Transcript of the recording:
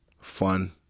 fun